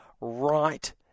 right